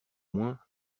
moins